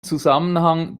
zusammenhang